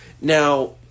Now